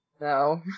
No